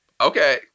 okay